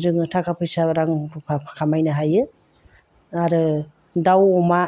जोङो थाखा फैसा रां रुफा खामायनो हायो आरो दाउ अमा